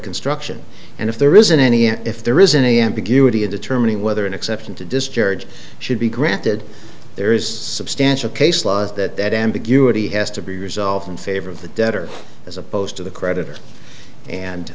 construction and if there isn't any and if there isn't any ambiguity in determining whether an exception to discharge should be granted there is substantial case law is that that ambiguity has to be resolved in favor of the debtor as opposed to the creditor and